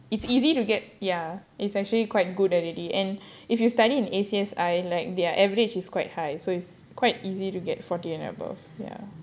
it's easy to get ya it's actually quite good already and if you study in A_C_S_I like their average is quite high so it's quite easy to get forty and above ya